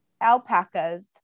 alpacas